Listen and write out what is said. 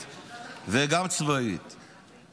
אזרחית וגם צבאית,